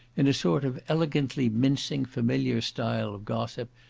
in a sort of elegantly mincing familiar style of gossip,